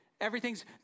Everything's